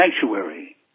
sanctuary